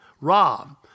Rob